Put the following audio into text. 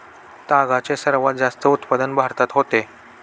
तागाचे सर्वात जास्त उत्पादन भारतात होते